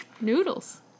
Noodles